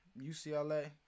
UCLA